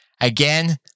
Again